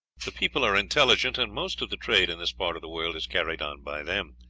the people are intelligent, and most of the trade in this part of the world is carried on by them.